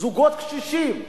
זוגות קשישים,